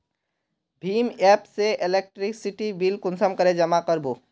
भीम app से electricity bill कुंसम करे जमा कर बो?